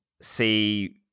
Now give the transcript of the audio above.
see